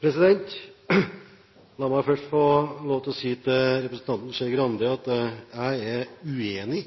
Skei Grande at jeg er uenig